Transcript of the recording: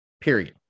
period